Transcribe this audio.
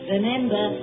Remember